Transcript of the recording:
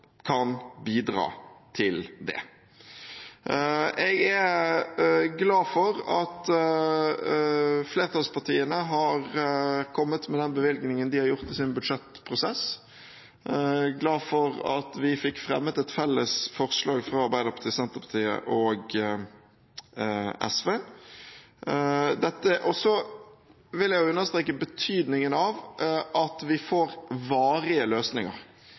kan bidra til det. Jeg er glad for at flertallspartiene har kommet med den bevilgningen de har gjort i sin budsjettprosess. Jeg er glad for at vi fikk fremmet et felles forslag fra Arbeiderpartiet, Senterpartiet og SV. Så vil jeg understreke betydningen av at vi får varige løsninger,